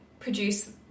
produce